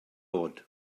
oed